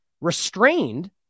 restrained